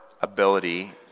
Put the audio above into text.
ability